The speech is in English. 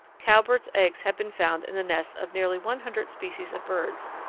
cowbird's eggs have been found in the nests of nearly one hundred species of birds,